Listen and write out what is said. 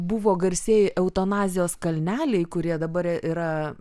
buvo garsieji eutanazijos kalneliai kurie dabar yra